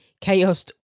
chaos